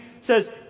says